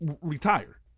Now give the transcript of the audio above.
retire